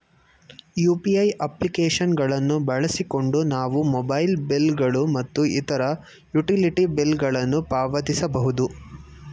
UPI application ಗಳನ್ನು ಬಳಸಿಕೊಂಡು ನಾವು ಮೊಬೈಲ್ ಬಿಲ್ ಗಳು ಮತ್ತು ಇತರ ಯುಟಿಲಿಟಿ ಬಿಲ್ ಗಳನ್ನು ಪಾವತಿಸಬಹುದು